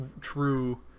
True